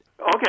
Okay